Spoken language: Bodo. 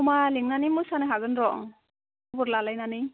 ज'मा लेंनानै मोसानो हागोनथ' खबर लालायनानै